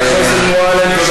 חברת הכנסת מועלם,